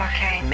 Okay